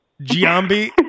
Giambi